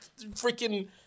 freaking